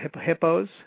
hippos